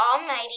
Almighty